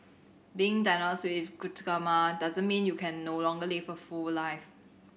being diagnosed with glaucoma doesn't mean you can no longer live a full life